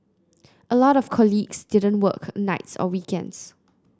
a lot of colleagues didn't work nights or weekends